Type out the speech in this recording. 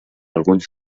alguns